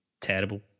terrible